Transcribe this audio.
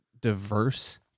diverse